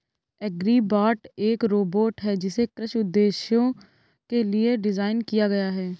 agribot एक robot है जिसे कृषि उद्देश्यों के लिए डिज़ाइन किया गया है